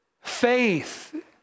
Faith